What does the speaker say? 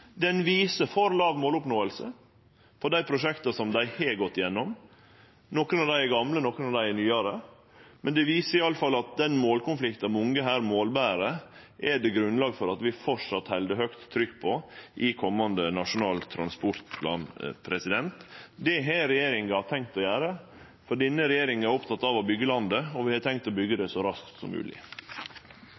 den måten både redusere planleggingstida og få meir igjen for pengane når vi gjer investeringar i infrastrukturen? Denne rapporten gjev oss nyttig informasjon. Han viser for låg måloppnåing for prosjekta dei har gått igjennom. Nokre av dei er gamle, og nokre av dei er nyare. Men det viser i alle fall at den målkonflikten mange her målber, er det grunnlag for fortsatt å halde høgt trykk på i komande Nasjonal transportplan. Det har regjeringa tenkt å gjere. Denne regjeringa er oppteken av å byggje landet – og vi